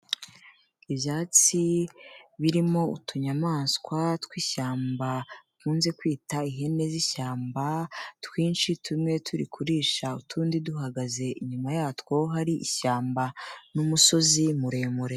Ibyatsi birimo utunyamaswa tw'ishyamba bakunze kwita ihene z'ishyamba twinshi, tumwe turi kurisha utundi duhagaze, inyuma yatwo hari ishyamba n'umusozi muremure.